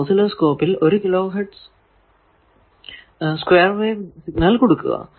നിങ്ങൾ ഓസിലോസ്കോപ്പിൽ 1 kilo hertz square wave signal കൊടുക്കുക